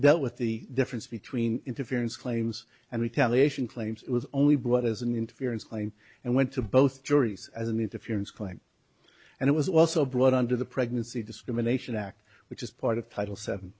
dealt with the difference between interference claims and retaliation claims it was only brought as an interference claim and went to both juries as an interference going and it was also brought under the pregnancy discrimination act which is part of title seven